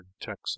Texas